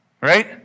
right